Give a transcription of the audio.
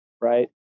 right